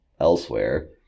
elsewhere